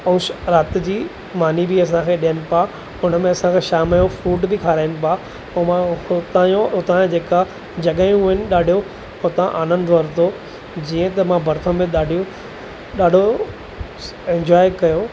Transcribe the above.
ऐं राति जी मानी बि असांखे ॾियनि पिया हुन में असांखे शाम जो फ्रूट बि खाराइनि पिया पोइ मां उहो तव्हांजो हुतां जा जेका जॻहियूं आहिनि ॾाढो हुतां आनंदु वरितो जीअं त मां बर्फ़ में ॾाढियो ॾाढो ऐंजॉय कयो